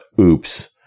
oops